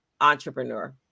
entrepreneur